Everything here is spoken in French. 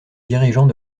dirigeant